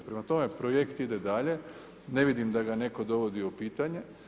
Prema tome, projekt ide dalje, ne vidim da ga netko dovodi u pitanje.